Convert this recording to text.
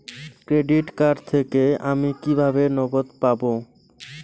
Credit card থেকে আমি কিভাবে নগদ পাব?